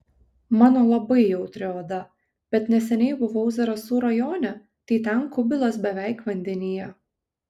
mano labai jautri oda bet neseniai buvau zarasų rajone tai ten kubilas beveik vandenyje